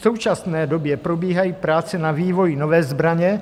V současné době probíhají práce na vývoji nové zbraně.